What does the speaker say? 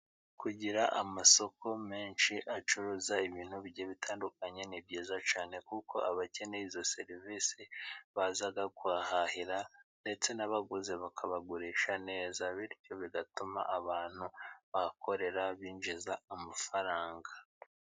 Kugira amasoko menshi acuruza ibintu bitandukanye， ni byiza cyane kuko abakeneye izo serivisi baza kuhahira， ndetse n'abaguze bakabagurisha neza，bityo bigatuma abantu bahakorera，binjiza amafaranga.